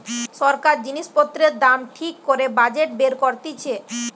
সরকার জিনিস পত্রের দাম ঠিক করে বাজেট বের করতিছে